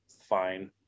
fine